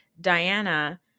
Diana